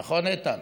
נכון, איתן?